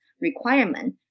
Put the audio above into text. requirement